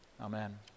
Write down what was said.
amen